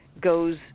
goes